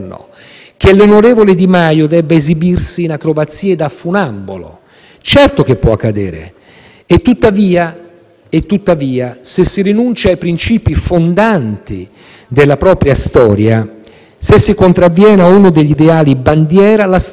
Tuttavia, se si rinuncia ai principi fondanti della propria storia, se si contravviene a uno degli ideali bandiera, la storia si vendica sempre. E, prima della storia, si vendicano, decisamente, gli elettori.